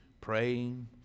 Praying